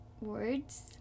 words